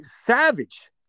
Savage